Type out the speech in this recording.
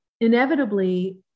inevitably